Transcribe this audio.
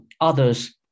Others